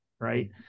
right